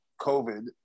COVID